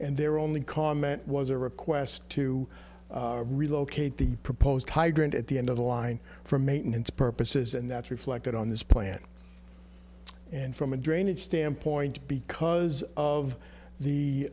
and they're only comment was a request to relocate the proposed hydrant at the end of the line for maintenance purposes and that's reflected on this plan and from a drainage standpoint because